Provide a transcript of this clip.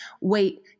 wait